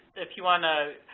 if you want to,